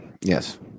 Yes